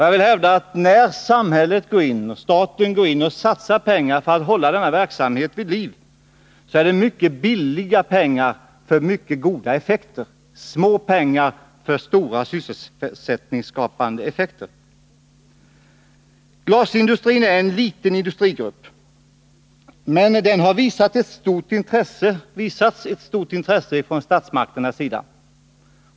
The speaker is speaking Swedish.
Jag vill hävda att när staten går in och satsar pengar på att hålla denna verksamhet vid liv är det mycket billiga pengar för mycket goda effekter, små pengar för stora sysselsättningsskapande effekter. Glasbruken är en liten industrigrupp, men den gruppen har visats ett stort intresse från statsmakternas sida.